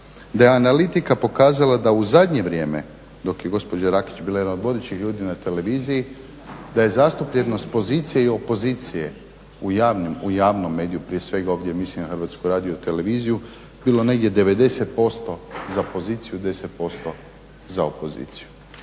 da je analitika pokazala da u zadnje vrijeme dok je gospođa Rakić bila jedna od vodećih ljudi na televiziji da je zastupljenost pozicije i opozicije u javnom mediju, prije svega ovdje mislim na Hrvatsku radioteleviziju bilo negdje 90% za poziciju, 10% za opoziciju.